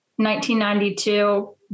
1992